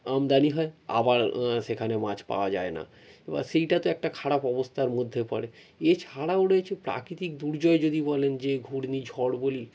আমদানি হয় আবার সেখানে মাছ পাওয়া যায় না এবার সেটা তো একটা খারাপ অবস্থার মধ্যে পড়ে এছাড়াও রয়েছে প্রাকৃতিক দুর্জয় যদি বলেন যে ঘূর্ণিঝড় বলি